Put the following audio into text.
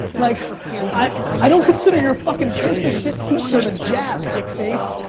like i i don't consider your fuckin' piece of shit t-shirt a jab dickface.